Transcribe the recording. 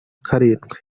karindwi